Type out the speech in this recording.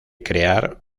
crear